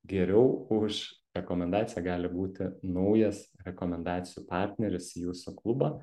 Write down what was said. geriau už rekomendaciją gali būti naujas rekomendacijų partneris į jūsų klubą